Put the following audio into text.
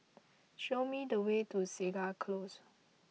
show me the way to Segar Close